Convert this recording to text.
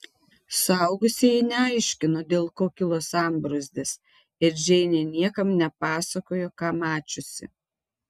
suaugusieji neaiškino dėl ko kilo sambrūzdis ir džeinė niekam nepasakojo ką mačiusi